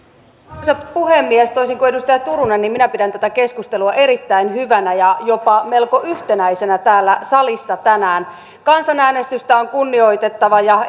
arvoisa puhemies toisin kuin edustaja turunen minä pidän tätä keskustelua erittäin hyvänä ja jopa melko yhtenäisenä täällä salissa tänään kansanäänestystä on kunnioitettava ja